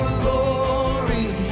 glory